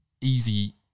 easy